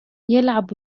يلعب